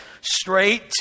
straight